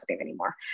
anymore